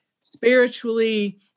spiritually